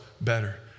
better